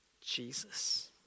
Jesus